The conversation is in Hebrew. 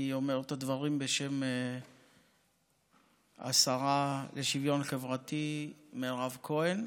אני אומר את הדברים בשם השרה לשוויון חברתי מירב כהן,